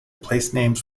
placenames